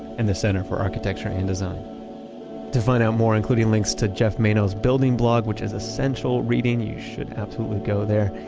and the center for architecture and design to find out more, including links to geoff manaugh's bldgblog which is essential reading, you should absolutely go there,